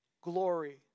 glory